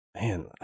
man